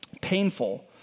painful